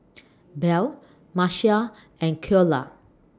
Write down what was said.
Bell Marcia and Ceola